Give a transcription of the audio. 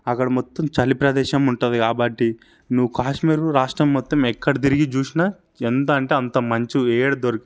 అక్కడ మొత్తం చలిప్రదేశం ఉంటుంది కాబట్టి నువ్వు కాశ్మీరు రాష్ట్రం మొత్తం ఎక్కడ తిరిగి చూసినా ఎంత అంటే అంత మంచు ఏడ దోర్